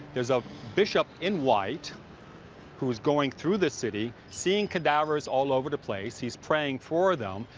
there's a bishop in white who's going through the city, seeing cadavers all over the place. he's praying for them.